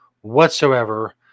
whatsoever